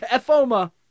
Foma